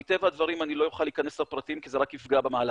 מטבע הדברים אני לא אוכל להיכנס לפרטים כי זה רק יפגע במהלך,